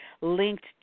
linked